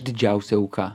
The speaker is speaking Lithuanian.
didžiausia auka